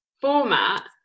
format